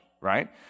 right